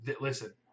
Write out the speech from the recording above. listen